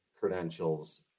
credentials